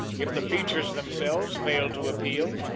if the features themselves failed to appeal,